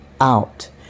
out